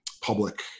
public